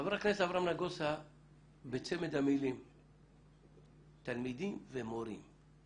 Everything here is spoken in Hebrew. חבר הכנסת אברהם נגוסה בצמד המילים "תלמידים ומורים",